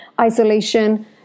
isolation